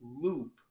loop